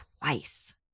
twice